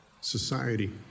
society